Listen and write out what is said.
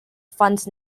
funds